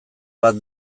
bat